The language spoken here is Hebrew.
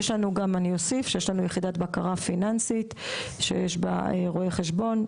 ואני אוסיף שיש לנו יחידת בקרה פיננסית שיש בה רואה חשבון,